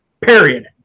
Period